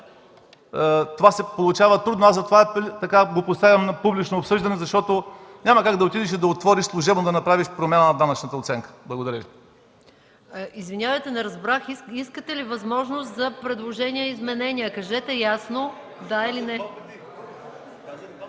Това се получава трудно, затова го поставям на публично обсъждане, защото няма как да отидеш и служебно да направиш промяна в данъчната оценка. Благодаря. ПРЕДСЕДАТЕЛ МАЯ МАНОЛОВА: Извинявайте, не разбрах искате ли възможност за предложения и изменения. Кажете ясно – да или не.